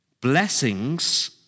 blessings